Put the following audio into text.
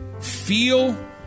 Feel